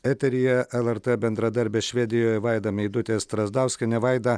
eteryje lrt bendradarbė švedijoje vaida meidutė strazdauskienė vaida